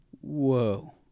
Whoa